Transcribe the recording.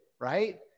right